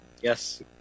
yes